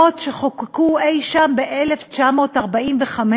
שחוקקו אי-שם ב-1945,